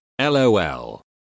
lol